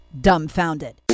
dumbfounded